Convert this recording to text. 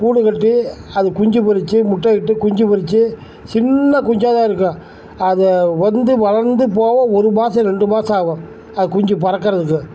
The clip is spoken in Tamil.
கூடு கட்டி அது குஞ்சு பொரித்து முட்டையிட்டு குஞ்சு பொரித்து சின்ன குஞ்சாக தான் இருக்கும் அது வந்து வளர்ந்து போக ஒரு மாதம் ரெண்டு மாதம் ஆகும் அது குஞ்சு பறக்கறதுக்கு